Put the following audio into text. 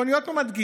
ואני עוד פעם מדגיש,